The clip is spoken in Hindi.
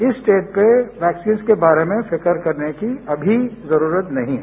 इस स्टेज पे वैक्सीन के बारे में फिक्र करने की अभी जरूरत नहीं है